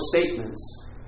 statements